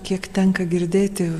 kiek tenka girdėti